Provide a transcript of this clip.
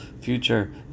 future